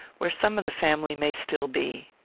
where some of the family may still be.